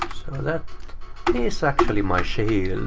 that is actually my shield.